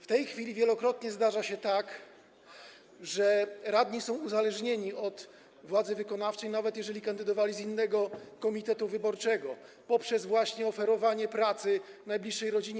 W tej chwili wielokrotnie zdarza się tak, że radni są uzależnieni od władzy wykonawczej, nawet jeżeli kandydowali z innego komitetu wyborczego, poprzez właśnie oferowanie pracy najbliższej rodzinie.